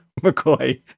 mccoy